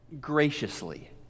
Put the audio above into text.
graciously